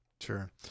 Sure